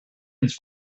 ins